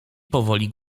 powoli